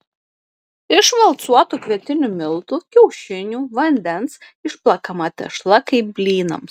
iš valcuotų kvietinių miltų kiaušinių vandens išplakama tešla kaip blynams